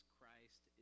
Christ